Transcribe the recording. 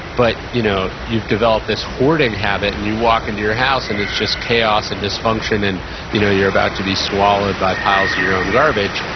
but you know you've developed this hoarding habit, and you walk into your house and it's just chaos and dysfunction and you know you're about to be swallowed by piles of your own garbage,